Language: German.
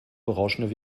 berauschende